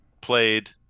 played